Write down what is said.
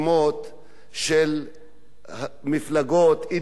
של מפלגות אידיאולוגיות